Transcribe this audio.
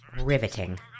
riveting